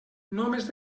només